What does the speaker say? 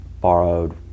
Borrowed